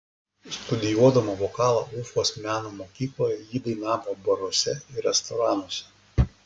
studijuodama vokalą ufos meno mokykloje ji dainavo baruose ir restoranuose